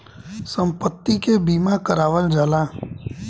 सम्पति के बीमा करावल जाला